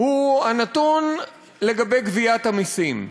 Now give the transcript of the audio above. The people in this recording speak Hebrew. הוא הנתון לגבי גביית המסים.